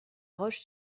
roche